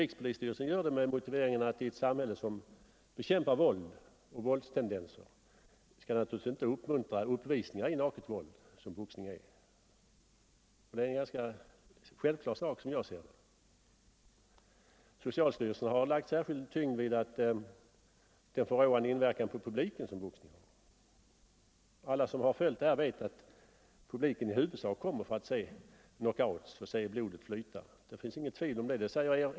Rikspolisstyrelsen gör det med motiveringen att i ett samhälle som bekämpar våld och våldstendenser skall man naturligtvis inte uppmuntra uppvisningar i naket våld som ju boxningen är. Som jag ser det är det en ganska självklar sak. Socialstyrelsen har lagt särskild tyngd vid den förråande inverkan som boxningen har på publiken. Man vet att publiken i huvudsak vill se boxare slås knockout och blodet flyta. Det sägert.o.m.